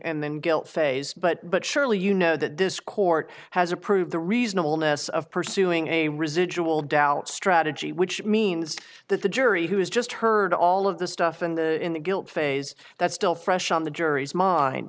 and then guilt phase but but surely you know that this court has approved the reasonableness of pursuing a residual doubt strategy which means that the jury has just heard all of this stuff and in the guilt phase that's still fresh on the jury's mind